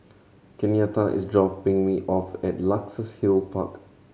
Kenyatta is dropping me off at Luxus Hill Park